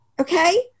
Okay